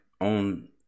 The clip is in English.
on